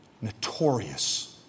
Notorious